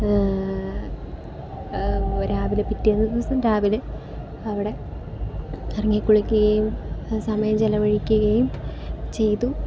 രാവിലെ പിറ്റേന്ന് ഒരു ദിവസം രാവിലെ അവിടെ ഇറങ്ങി കുളിക്കുകയും സമയം ചിലവഴിക്കുകയും ചെയ്തു